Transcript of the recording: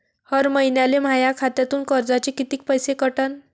हर महिन्याले माह्या खात्यातून कर्जाचे कितीक पैसे कटन?